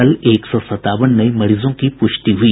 कल एक सौ सतावन नये मरीजों की पुष्टि हुई